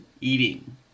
Eating